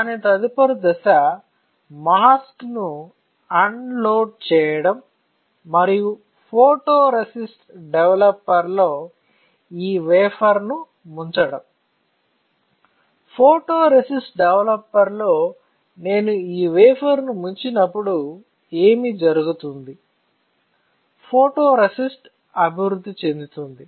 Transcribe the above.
దాని తదుపరి దశ మాస్క్ ను ఆన్ లోడ్ చేయడం మరియు ఫోటోరేసిస్ట్ డెవలపర్లో ఈ వేఫర్ ను ముంచడం ఫోటోరేసిస్ట్ డెవలపర్లో నేను ఈ వేఫర్ ను ముంచినప్పుడు ఏమి జరుగుతుంది ఫోటోరేసిస్ట్ అభివృద్ధి చెందుతుంది